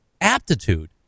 aptitude